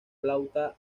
flauta